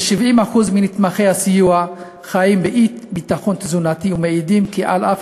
כ-70% מנתמכי הסיוע חיים באי-ביטחון תזונתי ומעידים כי על אף